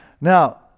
now